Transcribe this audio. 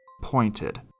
pointed